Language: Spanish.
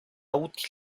útil